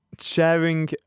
Sharing